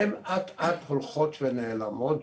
הן הולכות ונעלמות אט-אט.